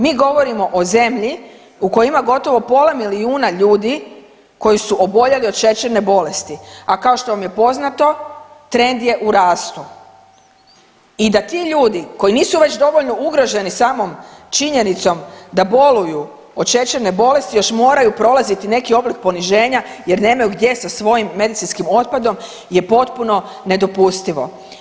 Mi govorimo o zemlji u kojoj ima gotovo pola milijuna ljudi koji su oboljeli od šećerne bolesti, a kao što vam je poznato trend je u rastu i da ti ljudi koji nisu već dovoljno ugroženi samom činjenicom da boluju od šećerne bolesti još moraju prolaziti neki oblik poniženja jer nemaju gdje sa svojim medicinskim otpadom je potpuno nedopustivo.